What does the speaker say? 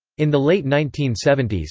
in the late nineteen seventy s,